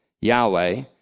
Yahweh